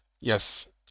Yes